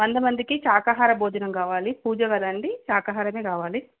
వంద మందికి శాకాహార భోజనం కావాలి పూజ కదండీ శాకాహారమే కావాలి